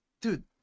dude